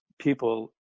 people